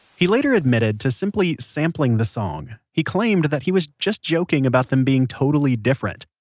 he later admitted to simply sampling the song. he claimed that he was just joking about them being totally different.